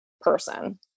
person